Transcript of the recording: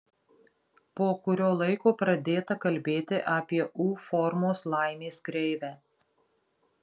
po kurio laiko pradėta kalbėti apie u formos laimės kreivę